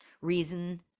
reason